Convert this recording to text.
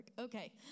Okay